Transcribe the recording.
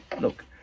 look